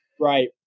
Right